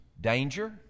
danger